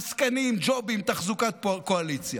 עסקנים, ג'ובים, תחזוקת קואליציה.